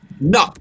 No